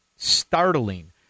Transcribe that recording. startling